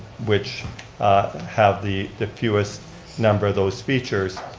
which have the the fewest number of those features.